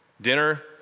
dinner